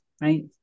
right